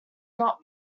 not